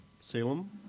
Salem